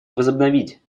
возобновить